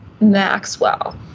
Maxwell